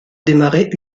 démarrer